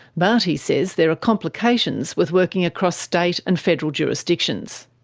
but, he says, there are complications with working across state and federal jurisdictions.